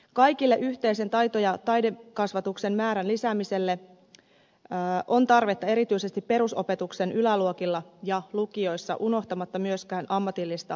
kaikille yhteisen taito ja taidekasvatuksen määrän lisäämiselle on tarvetta erityisesti perusopetuksen yläluokilla ja lukioissa unohtamatta myöskään ammatillista koulutusta